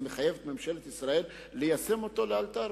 זה מחייב את ממשלת ישראל ליישם אותו לאלתר